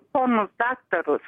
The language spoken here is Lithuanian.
ponus daktarus